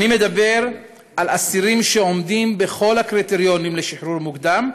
אני מדבר על אסירים שעומדים בכל הקריטריונים לשחרור מוקדם,